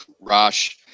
Rosh